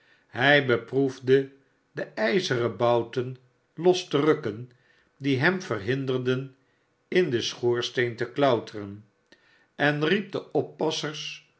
hij beproefde de ijzeren bouten los te rukken die hem verhinderden in den schoorsteen te klouteren en riep de oppassers